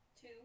Two